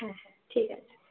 হ্যাঁ হ্যাঁ ঠিক আছে